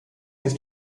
ist